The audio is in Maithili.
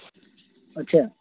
अच्छा